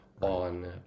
on